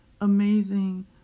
amazing